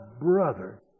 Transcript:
brother